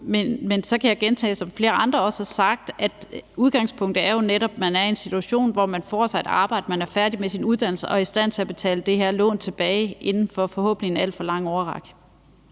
men så kan jeg gentage, som flere andre også har sagt, at udgangspunktet jo også netop er, at man er i en situation, hvor man får sig et arbejde, man er færdig med sin uddannelse, og man er i stand til at betale lånet tilbage inden for en forhåbentlig ikke alt for lang årrække.